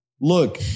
look